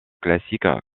classique